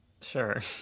Sure